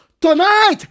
tonight